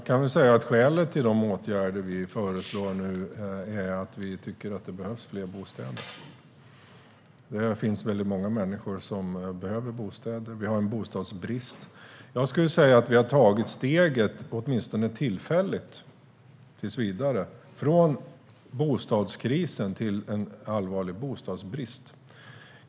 Herr talman! Skälet till de åtgärder som vi föreslår nu är att vi tycker att det behövs fler bostäder. Många människor behöver bostäder. Vi har en bostadsbrist. Vi har tagit ett steg för att åtminstone tillfälligt och tills vidare gå från en bostadskris till en allvarlig bostadsbrist.